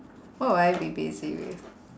what will I be busy with